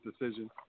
decision